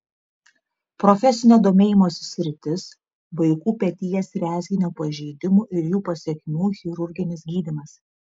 profesinio domėjimosi sritis vaikų peties rezginio pažeidimų ir jų pasekmių chirurginis gydymas